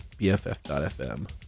BFF.fm